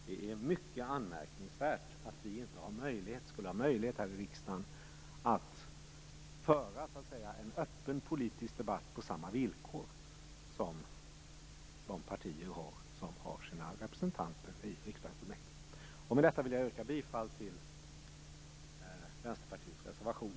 Det är mycket anmärkningsvärt att vi i riksdagen inte har möjlighet att föra en öppen politisk debatt på samma villkor som de partier som har representanter i riksbanksfullmäktige. Med detta vill jag yrka bifall till Vänsterpartiets reservation.